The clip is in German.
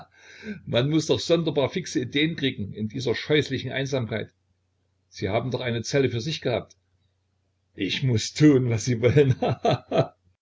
man muß doch sonderbar fixe ideen kriegen in dieser scheußlichen einsamkeit sie haben doch eine zelle für sich gehabt ich muß tun was sie wollen